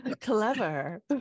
Clever